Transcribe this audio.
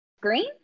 green